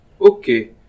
Okay